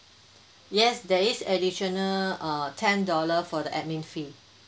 yes there is additional uh ten dollar for the admin fee